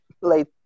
late